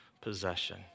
possession